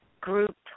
group